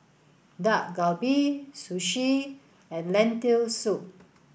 Dak Galbi Sushi and Lentil soup